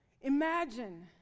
Imagine